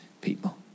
people